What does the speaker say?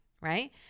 right